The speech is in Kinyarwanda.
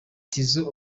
tizzo